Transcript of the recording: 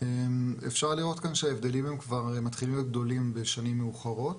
אפשר לראות כאן שההבדלים כבר מתחילים להיות גדולים בשנים המאוחרות,